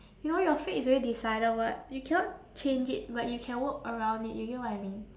you know your fate is already decided [what] you cannot change it but you can work around it you get what I mean